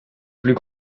plus